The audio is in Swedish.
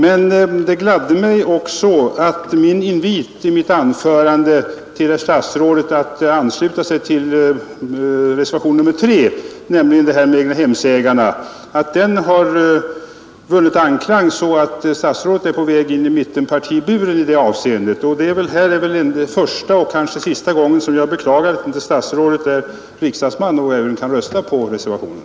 Men det gladde mig också att min invit till statsrådet att ansluta sig till reservationen 3 beträffande egnahemsägarna vann anklang, så att statsrådet är på väg in i mittenpartiburen i det avseendet. Detta är väl första och kanske sista gången som jag beklagar att statsrådet inte är riksdagsman och kan rösta på reservationen.